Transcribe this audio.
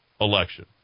election